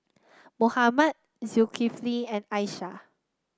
Muhammad Zulkifli and Aisyah